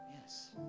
Yes